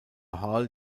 hall